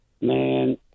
man